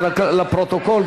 זה לפרוטוקול,